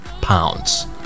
pounds